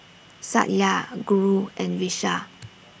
Satya Guru and Vishal